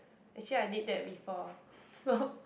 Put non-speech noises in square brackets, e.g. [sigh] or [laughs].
actually I did that before [laughs] so